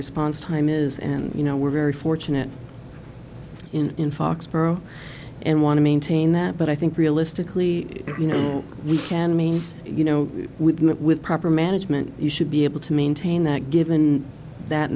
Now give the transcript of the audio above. response time is and you know we're very fortunate in foxboro and want to maintain that but i think realistically you know we can me you know with that with proper management you should be able to maintain that given that